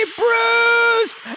bruised